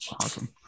Awesome